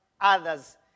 others